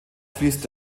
fließt